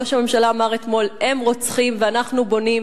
ראש הממשלה אמר אתמול: הם רוצחים, ואנחנו בונים.